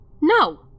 No